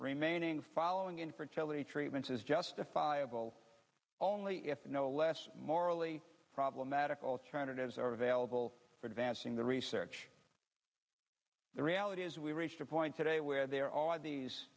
remaining following in fertility treatments is justifiable only if no less morally problematic alternatives are available for advancing the research the reality is we reached a point today where there are these